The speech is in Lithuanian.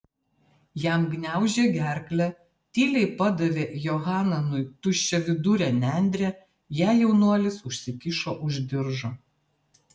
jam gniaužė gerklę tyliai padavė johananui tuščiavidurę nendrę ją jaunuolis užsikišo už diržo